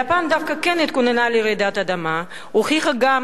יפן דווקא כן התכוננה לרעידת אדמה, והוכיחה שגם